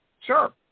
Sure